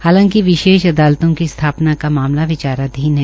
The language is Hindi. हालांकि विशेष अदालतों की स्थापना का मामला विचाराधीन है